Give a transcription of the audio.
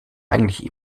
eigentlich